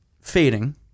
fading